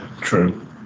true